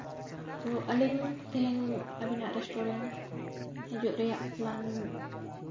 ᱟᱹᱞᱤᱧ ᱛᱮᱦᱤᱧ ᱟᱹᱵᱤᱱᱟᱜ ᱨᱮᱥᱴᱩᱨᱮᱱᱴ ᱦᱤᱡᱩᱜ ᱨᱮᱭᱟᱜ ᱯᱞᱮᱱ